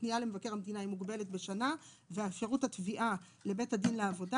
הפנייה למבקר המדינה היא מוגבלת בשנה ואפשרות התביעה לבית הדין לעבודה